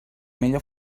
millor